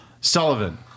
Sullivan